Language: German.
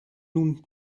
nun